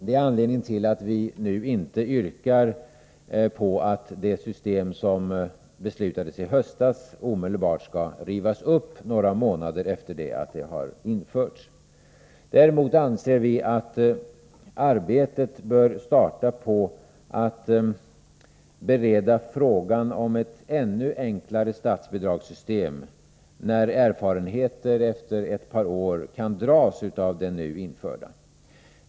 Det är anledningen till att vi nu inte yrkar på att det system som beslutades i höstas omedelbart skall rivas upp några månader efter det att det har införts. Däremot anser vi att arbetet bör starta med att bereda frågan om ett ännu enklare statsbidragssystem, när erfarenheter efter ett par år kan dras av det nu införda.